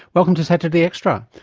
welcome to saturday extra.